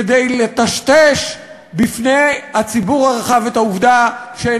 כדי לטשטש בפני הציבור הרחב את העובדה שאין